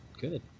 Good